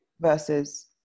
versus